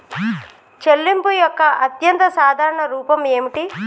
చెల్లింపు యొక్క అత్యంత సాధారణ రూపం ఏమిటి?